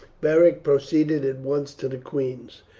beric proceeded at once to the queen's.